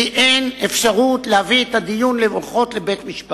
אין אפשרות להביא את הדיון לבית-משפט.